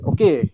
Okay